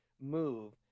move